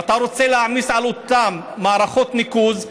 ואתה רוצה להעמיס על אותן מערכות ניקוז,